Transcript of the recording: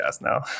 now